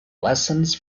lessons